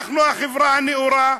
אנחנו חברה נאורה,